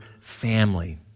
family